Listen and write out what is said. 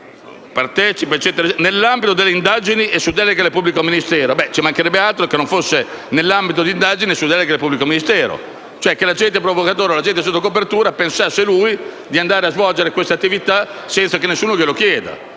«nell'ambito delle indagini e su delega del pubblico ministero (...)». Ci mancherebbe altro che non fosse nell'ambito di un'indagine e su delega del pubblico ministero, e cioè che l'agente provocatore sotto copertura pensasse da solo di svolgere questa attività senza che nessuno glielo chieda,